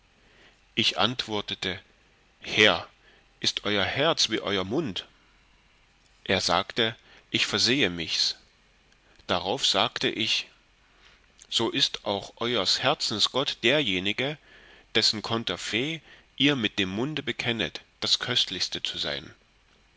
ich antwortete herr ist euer herz wie euer mund er sagte ich versehe michs darauf sagte ich so ist auch euers herzens gott derjenige dessen conterfait ihr mit dem munde bekennet das köstlichste zu sein